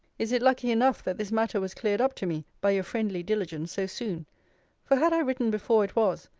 is it lucky enough that this matter was cleared up to me by your friendly diligence so soon for had i written before it was,